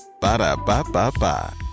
Ba-da-ba-ba-ba